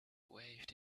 waved